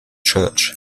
church